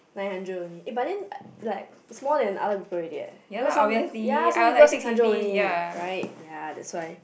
nine hundred only eh but then like it's more than other people already eh you know some pe~ ya some people six hundred only